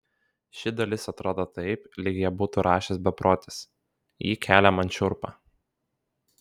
ši dalis atrodo taip lyg ją būtų rašęs beprotis ji kelia man šiurpą